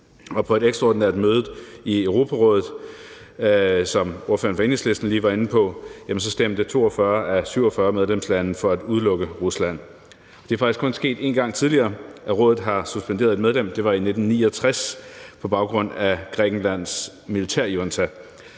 på et ekstraordinært møde i Europarådet, som ordføreren for Enhedslisten lige var inde på, stemte 42 af 47 medlemslande for at udelukke Rusland. Det er faktisk kun sket én gang tidligere, at rådet har suspenderet et medlem; det var i 1969 på baggrund af Grækenlands militærjunta.